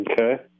Okay